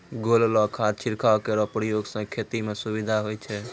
घोललो खाद छिड़काव केरो प्रयोग सें खेती म सुविधा होय छै